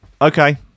Okay